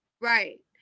Right